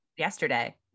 yesterday